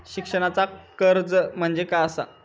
शिक्षणाचा कर्ज म्हणजे काय असा?